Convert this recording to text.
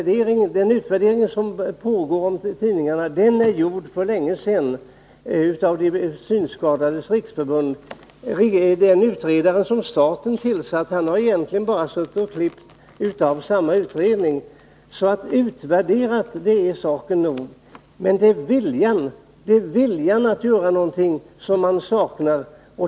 Den utvärdering av tidningarna som pågår gjordes för länge sedan av Synskadades riksförbund. Den utredare som staten tillsatt har egentligen bara klippt från den utredningen — så nog har den saken utvärderats. Det är viljan att göra någonting som man saknar.